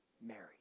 Mary